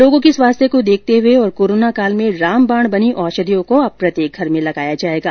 लोगों के स्वास्थ्य को देखते हुए और कोरोनाकाल में रामबाण बनी औषधियों को अब प्रत्येक घर में लगाया जाएगा